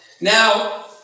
Now